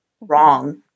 wrong